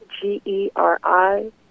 G-E-R-I